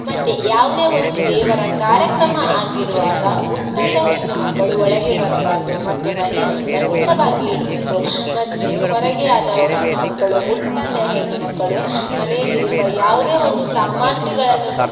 ಮತ್ತು ಯಾವುದೇ ಒಂದು ದೇವರ ಕಾರ್ಯಕ್ರಮ ಆಗಿರುವಾಗ ಮುಟ್ಟಾದ ಹೆಣ್ಣುಮಕ್ಕಳು ಒಳಗೆ ಬರಬಾರ್ದು ಮತ್ತು ಮನೆಯನ್ನು ಸ್ವಚ್ಛವಾಗಿ ಇಡಬೇಕು ಮತ್ತು ಹೊರಗೆ ಆದ ಹೆಣ್ಣುಮಕ್ಕಳು ಮುಟ್ಟಾದ ಹೆಣ್ಣುಮಕ್ಕಳು ಮನೆಯಲ್ಲಿ ಇರುವ ಯಾವುದೇ ಒಂದು ಸಾಮಗ್ರಿಗಳನ್ನು ಮುಟ್ಟಿ